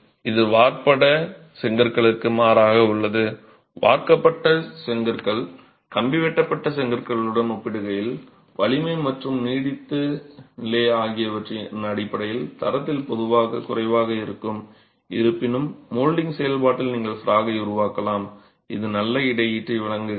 இது வார்க்கப்பட்ட செங்கற்களுக்கு மாறாக உள்ளது வார்க்கப்பட்ட செங்கற்கள் கம்பி வெட்டப்பட்ட செங்கற்களுடன் ஒப்பிடுகையில் வலிமை மற்றும் நீடித்து நிலை ஆகியவற்றின் அடிப்படையில் தரத்தில் பொதுவாக குறைவாக இருக்கும் இருப்பினும் மோல்டிங் செயல்பாட்டில் நீங்கள் ஃப்ராக்கை உருவாக்கலாம் இது நல்ல இடையீட்டை வழங்குகிறது